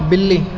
بلی